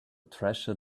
treasure